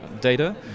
data